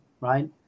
Right